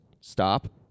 stop